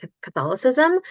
Catholicism